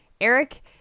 Eric